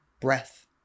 breath